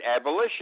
abolition